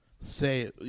say